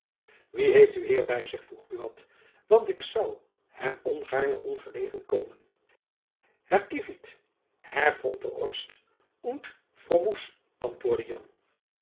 wie heeft uw heer by zich vroeg buat want ik zoû hem ongaarne ongelegen komen herr kiefiete herr fonter orst und frommoes antwoordde jan